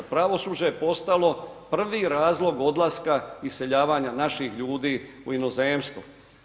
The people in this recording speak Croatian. Pravosuđe je postalo prvi razlog odlaska iseljavanja naših ljudi u inozemstvu.